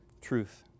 truth